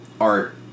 art